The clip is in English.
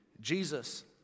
Jesus